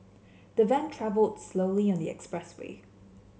the van travelled slowly on the expressway